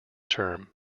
term